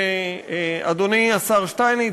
אדוני השר שטייניץ,